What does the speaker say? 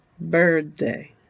birthday